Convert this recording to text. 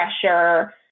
pressure